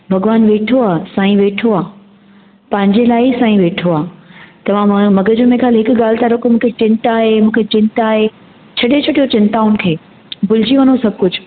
भॻिवान वेठो आहे साईं वेठो आहे पंहिंजे लाइ ई साईं वेठो आहे तव्हां मग़ज में त हिकु ॻाल्ह तव्हां रखो मूंखे चिंता आहे मूंखे चिंता आहे छॾे छॾियो चिंताउनि खे भुलिजी वञो सभु कुझु